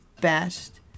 best